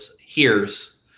hears